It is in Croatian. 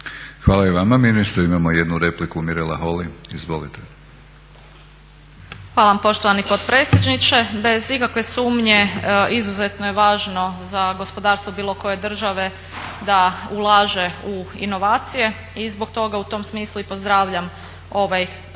Hvala i vama ministre. Imamo jednu repliku, Mirela Holy izvolite. **Holy, Mirela (ORaH)** Hvala vam poštovani potpredsjedniče. Bez ikakve sumnje izuzetno je važno za gospodarstvo bilo koje države da ulaže u inovacije i zbog toga u tom smislu i pozdravljam ovaj konačni